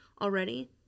already